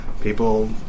people